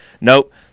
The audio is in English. nope